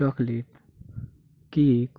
chocolate cake